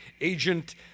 agent